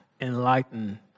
enlighten